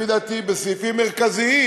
לפי דעתי בסעיפים מרכזיים,